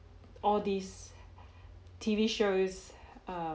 all these T_V shows err